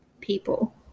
people